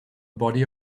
body